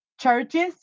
churches